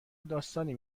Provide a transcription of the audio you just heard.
داستانی